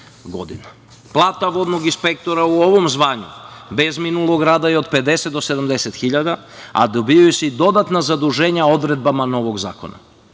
Plata vodnog inspektora u ovom zvanju bez minulog rada je od 50 do 70 hiljada, dobijaju se i dodatna zaduženja odredbama novog zakona. Kao